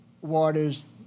waters